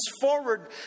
forward